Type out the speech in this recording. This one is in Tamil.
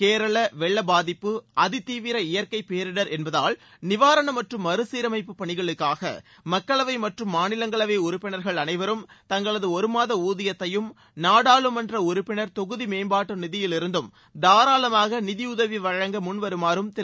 கேரள வெள்ள பாதிப்பு அதி தீவிர இயற்கைப் பேரிடர் என்பதால் நிவாரணம் மற்றும் மறு சீரமைப்புப் பணிகளுக்காக மக்களவை மற்றும் மாநிலங்களவை உறுப்பினர்கள் அனைவரும் தங்களது ஒரு மாத ஊதியத்தையும் நாடாளுமன்ற உறுப்பினர் தொகுதி மேம்பாட்டு நிதியிலிருந்தும் தாராளமாக நிதியுதவி வழங்க முன்வருமாறும் திரு